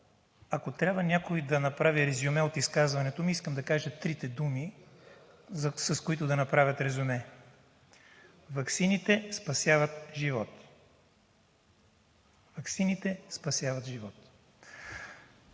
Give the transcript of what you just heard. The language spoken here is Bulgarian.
ако трябва някой да направи резюме от изказването ми, искам да кажа трите думи, с които да направя резюме: ваксините спасяват живот. Ваксините спасяват живот!